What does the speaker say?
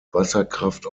wasserkraft